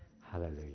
Hallelujah